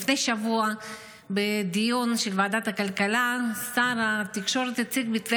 לפני שבוע בדיון של ועדת הכלכלה שר התקשורת הציג מתווה